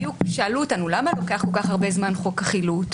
שאלו אותנו, למה כל כך הרבה זמן חוק החילוט?